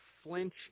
Flinch